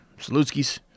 Salutskis